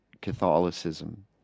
Catholicism